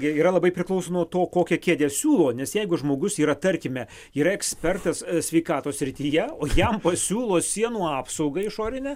jie yra labai priklauso nuo to kokią kėdę siūlo nes jeigu žmogus yra tarkime yra ekspertas sveikatos srityje o jam pasiūlo sienų apsaugą išorinę